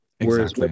Whereas